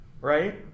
right